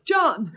John